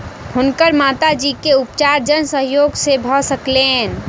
हुनकर माता जी के उपचार जन सहयोग से भ सकलैन